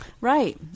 Right